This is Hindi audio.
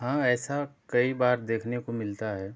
हाँ ऐसा कई बार देखने को मिलता है